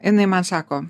jinai man sako